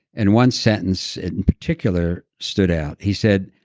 and one sentence in particular stood out he said,